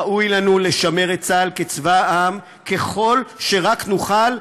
ראוי לנו לשמר את צה"ל כצבא העם ככל שרק נוכל,